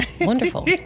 Wonderful